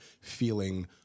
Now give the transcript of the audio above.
feeling